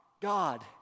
God